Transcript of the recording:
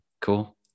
Cool